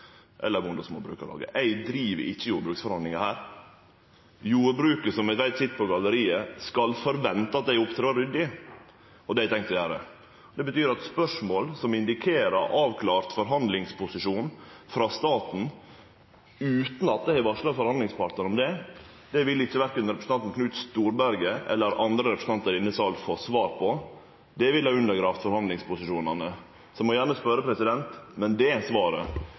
eller Norsk Bonde- og Småbrukarlag. Eg driv ikkje jordbruksforhandlingar her. Jordbrukarane som eg veit sit på galleriet, skal kunne forvente at eg opptrer ryddig, og det har eg tenkt å gjere. Det betyr at spørsmål som indikerer avklart forhandlingsposisjon frå staten, utan at eg har varsla forhandlingspartane om det, vil verken representanten Knut Storberget eller andre representantar i denne salen få svar på. Det ville undergrave forhandlingsposisjonane. Ein må gjerne spørje, men det svaret